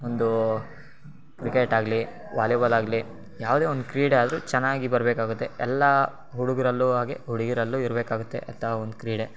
ಒಂದು ಕ್ರಿಕೆಟಾಗಲಿ ವಾಲಿಬಾಲಾಗಲಿ ಯಾವುದೇ ಒಂದು ಕ್ರೀಡೆ ಆದರೂ ಚೆನ್ನಾಗಿ ಬರಬೇಕಾಗುತ್ತೆ ಎಲ್ಲ ಹುಡುಗರಲ್ಲೂ ಹಾಗೇ ಹುಡುಗೀರಲ್ಲೂ ಇರಬೇಕಾಗುತ್ತೆ ಅಂಥ ಒಂದು ಕ್ರೀಡೆ